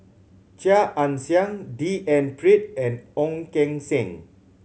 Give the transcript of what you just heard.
Chia Ann Siang D N Pritt and Ong Keng Sen